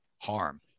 harm